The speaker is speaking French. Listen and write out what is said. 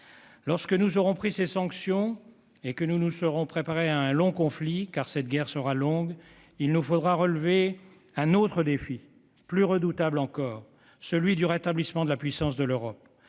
Lorsque nous aurons pris ces sanctions et que nous nous serons préparés à un long conflit- car cette guerre sera longue -, il nous faudra relever un autre défi, plus redoutable encore : celui du rétablissement de la puissance de l'Europe.